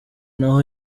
ntaho